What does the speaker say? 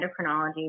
endocrinology